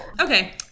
Okay